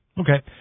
Okay